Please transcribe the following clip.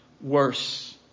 worse